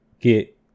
get